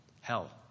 hell